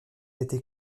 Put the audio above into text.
était